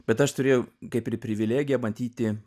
bet aš turėjau kaip ir privilegiją matyti